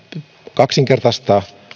kaksinkertaistaa